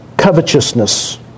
Covetousness